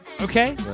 Okay